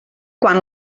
quan